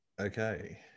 Okay